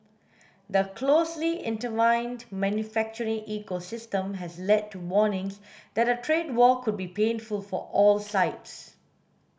the closely intertwined manufacturing ecosystem has led to warnings that a trade war would be painful for all sides